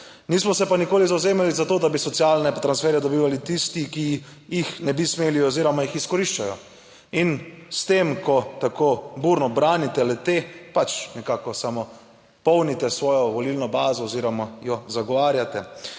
nismo se pa nikoli zavzemali za to, da bi socialne transferje dobivali tisti, ki jih ne bi smeli oziroma jih izkoriščajo. In s tem, ko tako burno branite le-te, pač nekako samo polnite svojo volilno bazo oziroma jo zagovarjate.